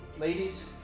Ladies